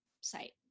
site